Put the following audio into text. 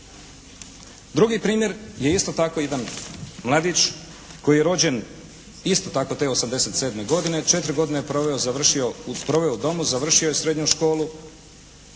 Drugi primjer je isto tako jedan mladić koji je rođen isto tako te '87. godine. Četiri godine je proveo u domu, završio je srednju školu